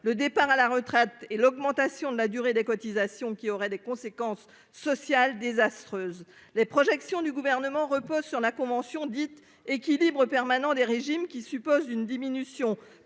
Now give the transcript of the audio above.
le départ à la retraite et l'augmentation de la durée des cotisations qui aurait des conséquences sociales désastreuses, les projections du gouvernement repose sur la convention dite équilibres permanent des régimes qui suppose une diminution